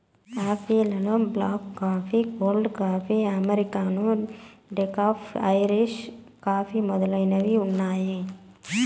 coffee లలో black coffee, cold coffee, americano, decaf, Irish coffee మొదలైనవి ఉన్నాయి